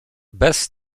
bez